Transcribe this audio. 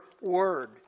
word